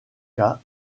cas